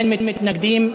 אין מתנגדים,